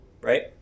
Right